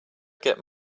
get